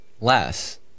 less